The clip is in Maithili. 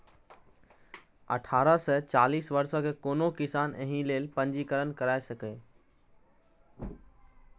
अठारह सं चालीस वर्षक कोनो किसान एहि लेल पंजीकरण करा सकैए